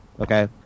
okay